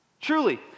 Truly